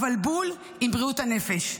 אבל בול, עם בריאות הנפש.